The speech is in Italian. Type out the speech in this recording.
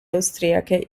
austriache